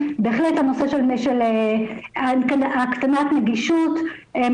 בהחלט הנושא של הקטנת נגישות,